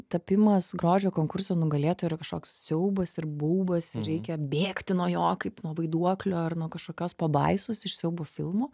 tapimas grožio konkurso nugalėtoja yra kažkoks siaubas ir baubas reikia bėgti nuo jo kaip nuo vaiduoklio ar nuo kažkokios pabaisos iš siaubo filmo